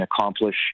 accomplish